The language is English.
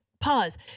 pause